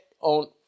on